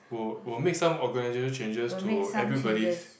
will will make some organizational changes to everybody's